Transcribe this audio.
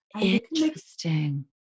Interesting